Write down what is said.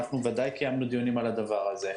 בוודאי קיימנו דיונים על הדבר הזה.